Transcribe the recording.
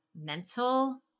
mental